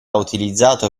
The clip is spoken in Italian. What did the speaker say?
utilizzato